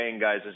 guys